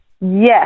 Yes